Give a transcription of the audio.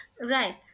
Right